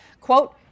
Quote